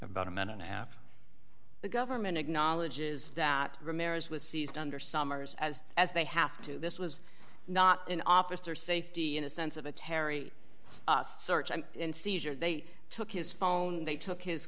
about a man and a half the government acknowledges that ramirez was seized under summers as as they have to this was not an officer safety in a sense of a terry search and seizure they took his phone they took his